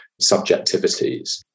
subjectivities